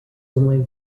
only